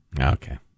Okay